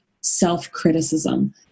self-criticism